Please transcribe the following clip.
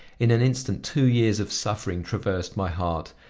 in an instant two years of suffering traversed my heart,